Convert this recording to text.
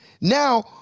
Now